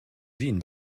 wien